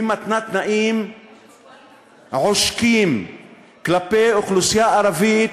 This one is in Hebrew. מתנה תנאים עושקים כלפי אוכלוסייה ערבית